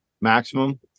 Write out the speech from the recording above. maximum